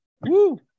Woo